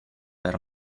per